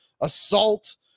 assault